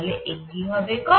তাহলে এটি হবে cosθ